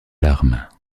larmes